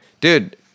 Dude